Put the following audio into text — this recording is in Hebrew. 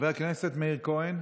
חבר הכנסת מאיר כהן,